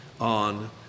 on